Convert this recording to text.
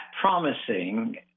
promising